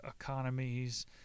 Economies